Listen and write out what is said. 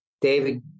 David